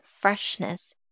freshness